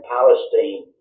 Palestine